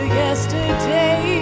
yesterday